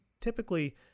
typically